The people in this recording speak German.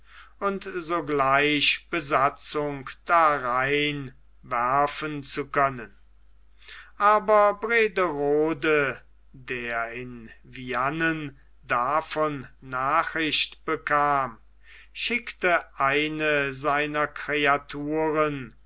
und sogleich besatzung darein werfen zu können aber brederode der in viane davon nachricht bekam schickte eine seiner kreaturen